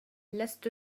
لست